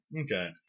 Okay